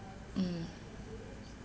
mm